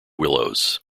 willows